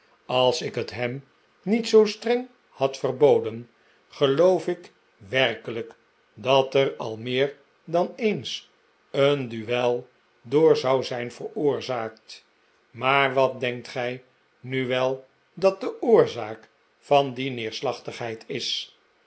als ik het hem niet zoo streng had verboden geloof ik werke lijk dat er al meer dan eens een duel door zou zijn veroorzaakt maar wat denkt gij nu wel dat de oorzaak van die neersiachtigheid is